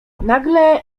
nagle